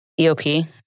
EOP